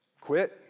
quit